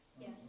Yes